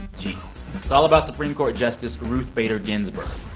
it's all about supreme court justice ruth bader ginsburg,